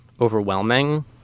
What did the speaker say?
overwhelming